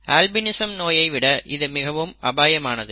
albinism நோயை விட இது மிகவும் அபாயமானது